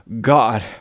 god